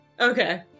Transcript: Okay